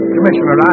Commissioner